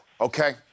Okay